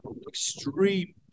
extreme